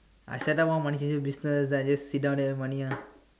I set up one money changer business I just sit down there money ah